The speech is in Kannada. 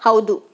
ಹೌದು